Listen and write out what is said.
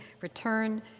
return